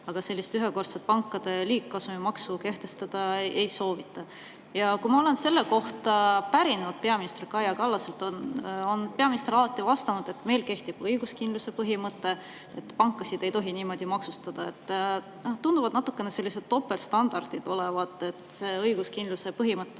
aga sellist ühekordset pankade liigkasumi maksu kehtestada ei soovita. Ja kui ma olen selle kohta pärinud peaminister Kaja Kallaselt, on peaminister alati vastanud, et meil kehtib õiguskindluse põhimõte ja pankasid ei tohi niimoodi maksustada. See tundub natukene topeltstandard olevat, kuna see õiguskindluse põhimõte,